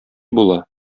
була